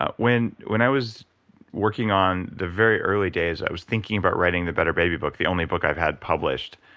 ah when when i was working on the very early days i was thinking about writing the better baby book, the only book i've had published